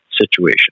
situation